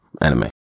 anime